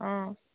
অঁ